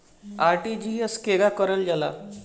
RTGS केगा करलऽ जाला?